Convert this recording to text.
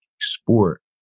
sport